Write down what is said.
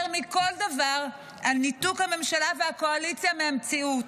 מכל דבר על ניתוק הממשלה והקואליציה מהמציאות.